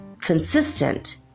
consistent